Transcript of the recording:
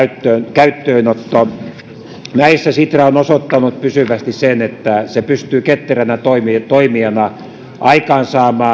käyttöönotto näissä sitra on osoittanut pysyvästi sen että se pystyy ketteränä toimijana saamaan aikaan